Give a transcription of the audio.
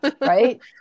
Right